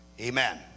Amen